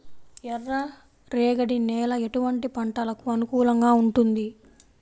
ఎర్ర రేగడి నేల ఎటువంటి పంటలకు అనుకూలంగా ఉంటుంది?